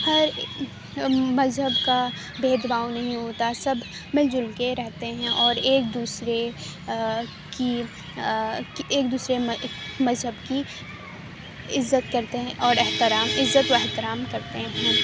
ہر مذہب کا بھید بھاؤ نہیں ہوتا سب مل جل کے رہتے ہیں اور ایک دوسرے کی ایک دوسرے مذہب کی عزت کرتے ہیں اور عزت و احترام کرتے ہیں